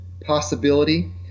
possibility